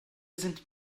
sind